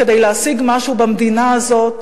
כדי להשיג משהו במדינה הזאת,